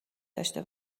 داشته